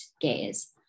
gaze